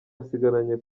asigaranye